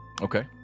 Okay